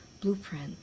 blueprint